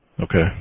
Okay